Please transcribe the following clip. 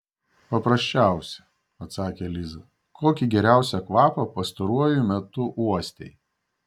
paprasčiausią atsakė liza kokį geriausią kvapą pastaruoju metu uostei